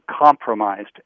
compromised